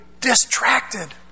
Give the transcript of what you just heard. distracted